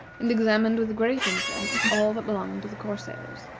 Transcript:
and examined with great interest all that belonged to the corsairs.